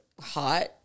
hot